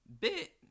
Bit